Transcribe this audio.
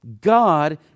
God